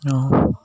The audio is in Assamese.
অঁ